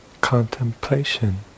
contemplation